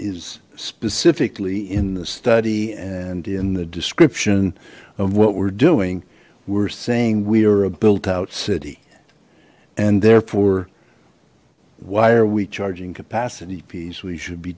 is specifically in the study and in the description of what we're doing were saying we are a built out city and therefore why are we charging capacity fees we should be